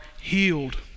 healed